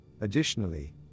Additionally